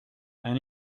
and